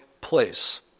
place